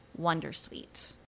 Wondersuite